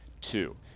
two